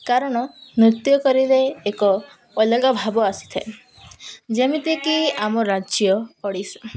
କାରଣ ନୃତ୍ୟ କରିଲେ ଏକ ଅଲଗା ଭାବ ଆସିଥାଏ ଯେମିତିକି ଆମ ରାଜ୍ୟ ଓଡ଼ିଶା